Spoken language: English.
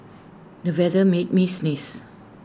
the weather made me sneeze